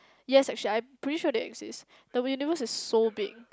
yes actually I'm pretty sure they exist the universe is so big